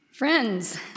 Friends